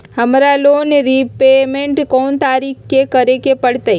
हमरा loan repayment कोन तारीख के करे के परतई?